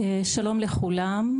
שלום לכולם,